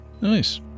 Nice